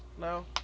No